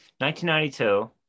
1992